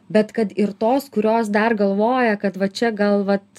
bet kad ir tos kurios dar galvoja kad va čia gal vat